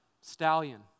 stallion